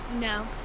No